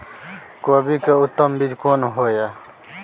कोबी के उत्तम बीज कोन होय है?